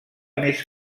més